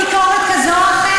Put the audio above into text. יכולה להיות לי ביקורת כזאת או אחרת,